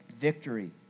victory